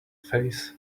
face